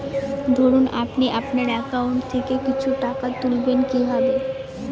ধরুন আপনি আপনার একাউন্ট থেকে কিছু টাকা তুলবেন কিভাবে?